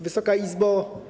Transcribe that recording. Wysoka Izbo!